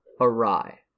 awry